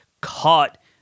caught